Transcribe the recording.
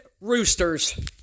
roosters